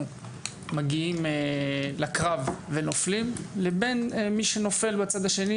מגיעים לקרב ונופלים לבין מי שנופל בצד השני